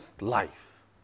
life